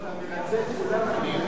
לא, אתה מרצה את כולם, אני אומר.